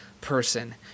person